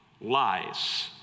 lies